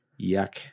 yuck